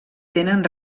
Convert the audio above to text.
tenen